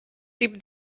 tip